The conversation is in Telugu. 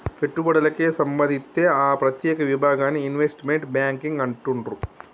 పెట్టుబడులకే సంబంధిత్తే ఆ ప్రత్యేక విభాగాన్ని ఇన్వెస్ట్మెంట్ బ్యేంకింగ్ అంటుండ్రు